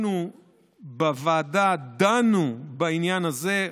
אנחנו בוועדה דנו בעניין הזה,